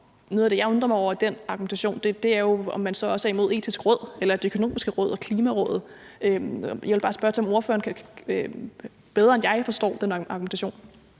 Noget af det, jeg undrer mig over ved den argumentation, er jo, om man så også er imod Det Etiske Råd eller Det Økonomiske Råd eller Klimarådet. Så jeg vil bare spørge til, om ordføreren bedre end jeg forstår den argumentation.